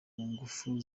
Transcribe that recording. ngufu